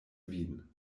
vin